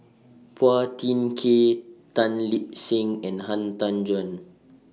Phua Thin Kiay Tan Lip Seng and Han Tan Juan